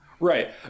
Right